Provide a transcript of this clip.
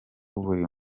buri